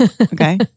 Okay